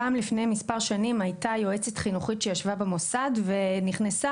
פעם לפני מספר שנים הייתה יועצת חינוכית שישבה במוסד והייתה